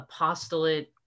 apostolate